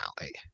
alley